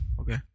Okay